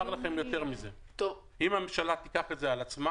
אומר לכם יותר מזה, אם הממשלה תיקח את זה על עצמה